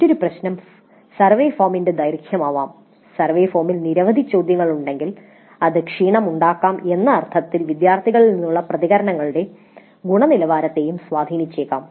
മറ്റൊരു പ്രശ്നം സർവേ ഫോമിന്റെ ദൈർഘ്യമാകാം സർവേ ഫോമിൽ നിരവധി ചോദ്യങ്ങൾ ഉണ്ടെങ്കിൽ ഇത് ക്ഷീണം ഉണ്ടാക്കാം എന്ന അർത്ഥത്തിൽ വിദ്യാർത്ഥികളിൽ നിന്നുള്ള പ്രതികരണങ്ങളുടെ ഗുണനിലവാരത്തെയും സ്വാധീനിച്ചേക്കാം